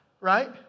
Right